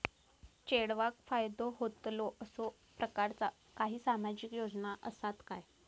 चेडवाक फायदो होतलो असो प्रकारचा काही सामाजिक योजना असात काय?